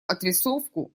отрисовку